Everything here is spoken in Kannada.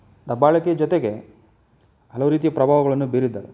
ದಬ್ಬಾಳಿಕೆ ಜೊತೆಗೆ ಹಲವು ರೀತಿಯ ಪ್ರಭಾವಗಳನ್ನು ಬೀರಿದ್ದಾವೆ